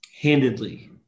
Handedly